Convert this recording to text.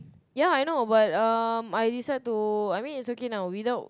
ya I know but um I decide to I mean it's okay now without